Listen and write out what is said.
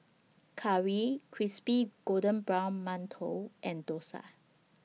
Curry Crispy Golden Brown mantou and Dosa